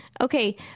Okay